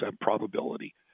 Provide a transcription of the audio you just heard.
probability